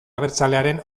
abertzalearen